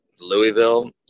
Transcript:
Louisville